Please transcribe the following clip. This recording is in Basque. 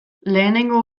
lehenengo